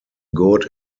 good